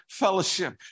fellowship